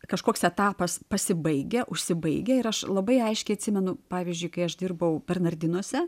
kažkoks etapas pasibaigia užsibaigia ir aš labai aiškiai atsimenu pavyzdžiui kai aš dirbau bernardinuose